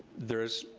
there's,